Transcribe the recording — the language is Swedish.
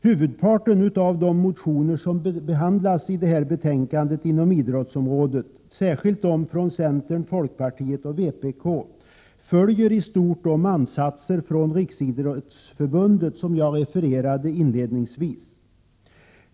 Huvudparten av de motioner som behandlas i detta betänkande inom idrottsområdet, särskilt de från centern, folkpartiet och vpk, följer i stort de ansatser från Riksidrottsförbundet som jag refererade till inledningsvis.